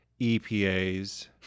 EPAs